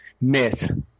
myth